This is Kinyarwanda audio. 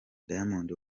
diamond